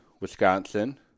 Wisconsin